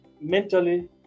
mentally